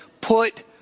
put